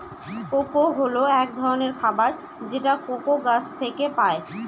cocoa হল এক ধরনের খাবার যেটা কোকো গাছ থেকে পায়